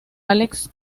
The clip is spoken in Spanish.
alex